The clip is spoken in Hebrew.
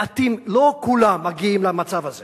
מעטים, לא כולם מגיעים למצב הזה